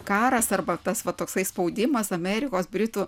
karas arba tas va toksai spaudimas amerikos britų